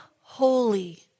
holy